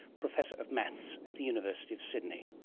professor of maths at the university of sydney.